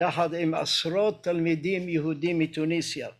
‫תחת עם עשרות תלמידים יהודים ‫מטוניסיה.